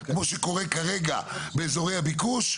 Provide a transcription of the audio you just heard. כמו שקורה באזורי הביקוש,